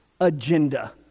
agenda